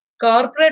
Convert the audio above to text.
corporate